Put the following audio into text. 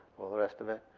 the rest of it.